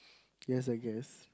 yes I guess